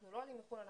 אנחנו לא עולים מחו"ל,